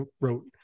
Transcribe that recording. wrote